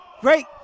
great